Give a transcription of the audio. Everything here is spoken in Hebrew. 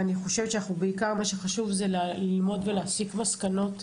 ואני חושבת שבעיקר מה שחשוב זה ללמוד ולהסיק מסקנות,